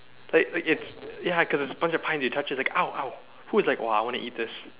like like it's ya cause bunch of spines you touch is like !ow! !ow! who is like !wah! I want to eat this